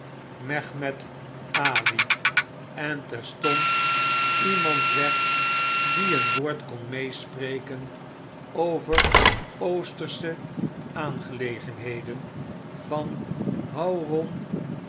mehemet ali en terstond iemand werd die een woord kon meespreken over oostersche aangelegenheden van haroun